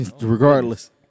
Regardless